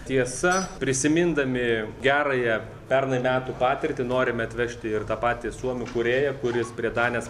tiesa prisimindami gerąją pernai metų patirtį norime atvežti ir tą patį suomių kūrėją kuris prie danės